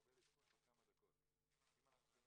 נקבל עדכון תוך כמה דקות אם אנחנו יכולים